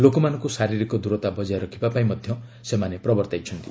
ଲୋକମାନଙ୍କୁ ଶାରିରୀକ ଦୂରତା ବଜାୟ ରଖିବା ପାଇଁ ମଧ୍ୟ ସେମାନେ ପ୍ରବର୍ତ୍ତାଇଛନ୍ତି